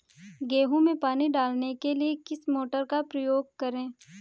गेहूँ में पानी डालने के लिए किस मोटर का उपयोग करें?